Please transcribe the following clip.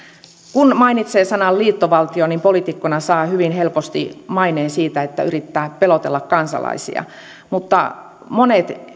kun mainitsee sanan liittovaltio niin poliitikkona saa hyvin helposti maineen siitä että yrittää pelotella kansalaisia mutta monet